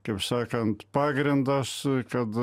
kaip sakant pagrindas kad